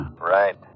Right